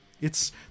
It's-